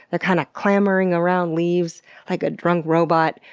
ah kind of clambering around leaves like a drunk robot.